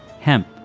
hemp